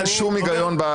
אין שום היגיון בתשובה.